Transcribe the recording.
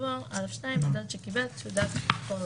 יבוא א' 2. שקיבל תעודת קורונה.